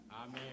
Amen